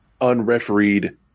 unrefereed